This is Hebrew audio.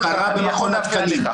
מה קרה במכון התקנים.